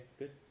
good